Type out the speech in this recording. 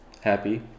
happy